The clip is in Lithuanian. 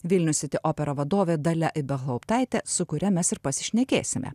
vilnius siti opera vadovė dalia ibelhauptaitė su kuria mes ir pasišnekėsime